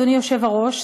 אדוני היושב-ראש,